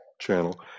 channel